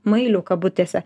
mailių kabutėse